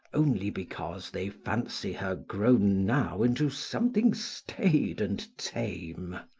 only because they fancy her grown now into something staid and tame.